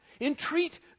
Entreat